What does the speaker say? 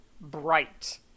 bright